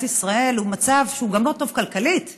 ישראל הוא מצב שהוא גם לא טוב כלכלית למדינה,